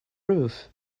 roof